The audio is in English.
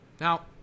Now